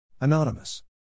Anonymous